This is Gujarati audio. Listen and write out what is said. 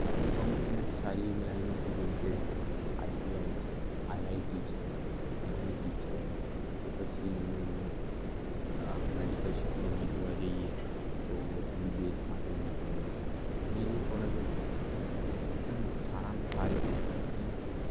એટલું કહુ છું સારી એવી લાઇનો છે જેમકે આઇટીઆઇ છે આઇઆઇટી છે એનઆઇટી છે કે પછી આ મેડિકલ ક્ષેત્રોમાં જોવા જઈએ તો એમબીબીએસ માટેની છે ઘણી એવી કોલેજો છે જે એકદમ સારામાં સારી છે અને ત્યાં